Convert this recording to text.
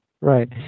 Right